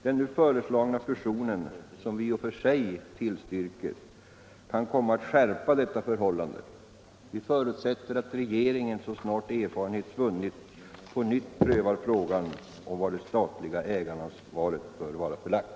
Den nu föreslagna fusionen, som vi i och för sig tillstyrker, kan komma att skärpa detta förhållande. Vi förutsätter att regeringen så snart erfarenhet vunnits på nytt prövar frågan om var det statliga ägaransvaret bör vara förlagt.”